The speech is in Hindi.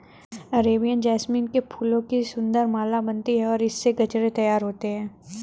अरेबियन जैस्मीन के फूलों की सुंदर माला बनती है और इससे गजरे तैयार होते हैं